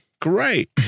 Great